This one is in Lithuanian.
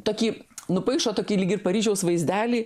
tokį nupaišo tokį lyg ir paryžiaus vaizdelį